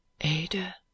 Ada